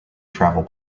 travel